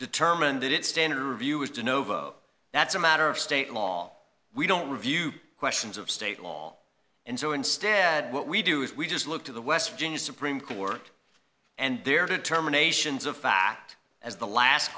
determined that it standard review is to novo that's a matter of state law we don't review questions of state law and so instead what we do is we just look to the west virginia supreme court and they're determinations of fact as the last